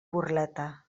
burleta